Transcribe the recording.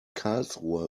karlsruhe